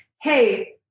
Hey